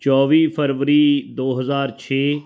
ਚੌਵੀ ਫਰਵਰੀ ਦੋ ਹਜ਼ਾਰ ਛੇ